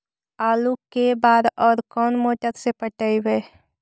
आलू के बार और कोन मोटर से पटइबै?